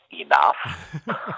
enough